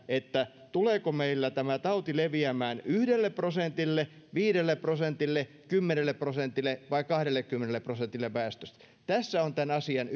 tuleeko meillä tämä tauti leviämään yhdelle prosentille viidelle prosentille kymmenelle prosentille vai kahdellekymmenelle prosentille väestöstä tässä on tämän asian